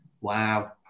Wow